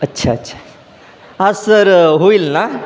अच्छा अच्छा हा सर होईल ना